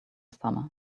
summer